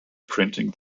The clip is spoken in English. printing